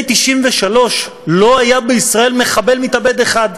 1993 לא היה בישראל מחבל מתאבד אחד.